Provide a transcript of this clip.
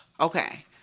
Okay